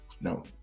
no